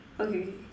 okay